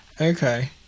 okay